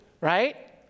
right